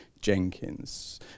Jenkins